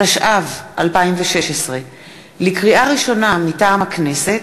התשע"ו 2016. לקריאה ראשונה, מטעם הכנסת: